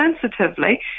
sensitively